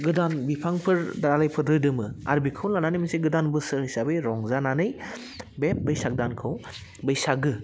गोदान बिफांफोर दालाइफोर रोदोमो आरो बिखौ लानानै मोनसे गोदान बोसोर हिसाबै रंजानानै बे बैसाग दानखौ बैसागो